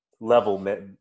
level